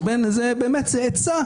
זה עצה,